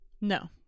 No